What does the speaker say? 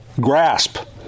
grasp